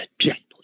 gently